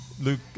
Luke